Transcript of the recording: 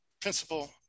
principal